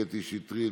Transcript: קטי שטרית,